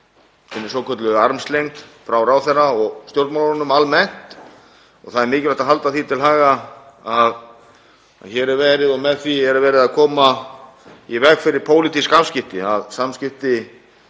hinni svokölluðu armslengd frá ráðherra og stjórnmálunum almennt. Það er mikilvægt að halda því til haga að með því er verið að koma í veg fyrir pólitísk afskipti, að samskipti